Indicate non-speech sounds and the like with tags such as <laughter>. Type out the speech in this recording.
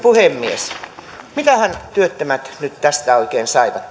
puhemies mitähän työttömät nyt tästä vastauksesta oikein saivat <unintelligible>